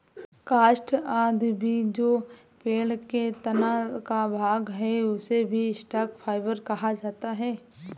काष्ठ आदि भी जो पेड़ के तना का भाग है, उसे भी स्टॉक फाइवर कहा जाता है